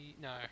no